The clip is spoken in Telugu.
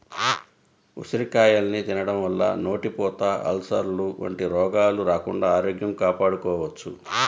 ఉసిరికాయల్ని తినడం వల్ల నోటిపూత, అల్సర్లు వంటి రోగాలు రాకుండా ఆరోగ్యం కాపాడుకోవచ్చు